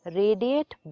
radiate